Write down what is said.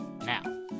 Now